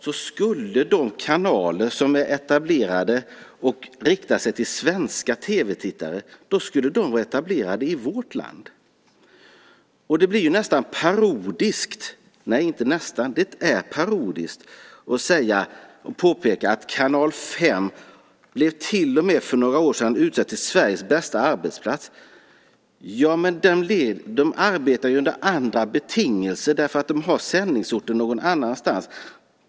Då skulle de kanaler som riktar sig till svenska tv-tittare vara etablerade i vårt land. Det blir nästan parodiskt - nej, inte nästan, det är parodiskt - att påpeka att Kanal 5 till och med för några år sedan blev utsedd till Sveriges bästa arbetsplats. Den arbetar under andra betingelser, eftersom den har sändningsorten någon annanstans.